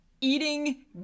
eating